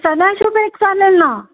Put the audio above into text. सदाशिवपेठ चालेल ना